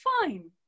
fine